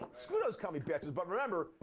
screw those commie bastards. but remember,